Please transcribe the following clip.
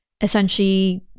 essentially